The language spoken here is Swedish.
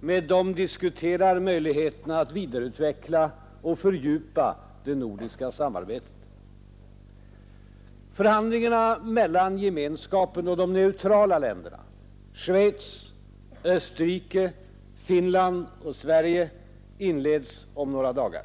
med dem diskuterar möjligheterna att vidareutveckla och fördjupa det nordiska samarbetet. Förhandlingarna mellan Gemenskapen och de neutrala länderna — Schweiz, Österrike, Finland och Sverige — inleds om några dagar.